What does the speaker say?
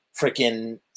freaking –